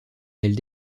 elle